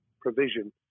provision